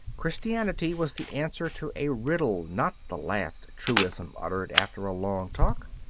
christianity was the answer to a riddle, not the last truism uttered after a long talk.